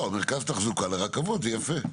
לא, מרכז תחזוקה לרכבות זה יפה.